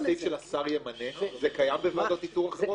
והסעיף שהשר ימנה קיים בוועדות איתור אחרות?